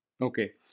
Okay